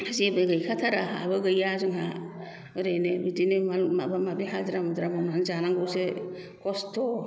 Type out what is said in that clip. जेबो गैखा थारा हाबो गैया जोंहा ओरैनो बिदिनो माबा माबि हाजिरा मुजिरा मावनानै जानांगौसो खस्थ'